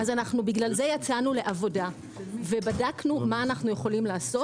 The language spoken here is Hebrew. אז בגלל זה יצאנו לעבודה ובדקנו מה אנחנו יכולים לעשות,